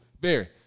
Barry